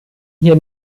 hier